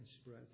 spread